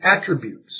attributes